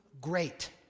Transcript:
great